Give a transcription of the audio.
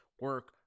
Work